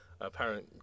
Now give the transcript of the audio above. apparent